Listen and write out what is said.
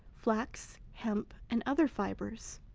flax, hemp, and other fibers.